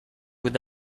with